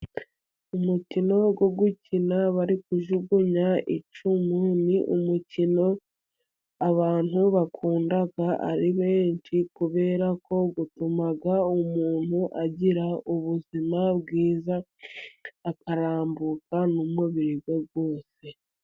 Umukino wo gukina bari kujugunya icumu ni umukino abantu bakunda ari benshi, kuberako utuma umuntu agira ubuzima bwiza, akarambuka n'umubiri we wose.